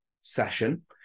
session